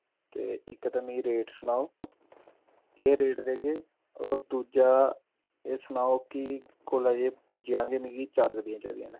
ते इक ते मिगी रेट सनाओ केह् रेट देगे और दूजा एह् सनाओ कि कोल्ले जेई पुज्जी जान गे मिगी चार गड्डियां चाहि दियां न